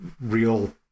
real